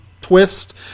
twist